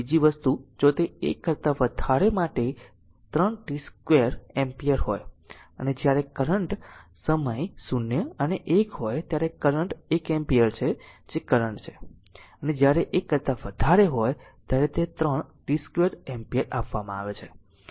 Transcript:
અને બીજી વસ્તુ જો તે 1 કરતા વધારે માટે 3 t 2 એમ્પીયર હોય અને જ્યારે કરંટ સમય 0 અને 1 હોય ત્યારે કરંટ એક એમ્પીયર છે જે કરંટ છે અને જ્યારે 1 કરતા વધારે હોય ત્યારે તે 3 t 2 એમ્પીયર આપવામાં આવે છે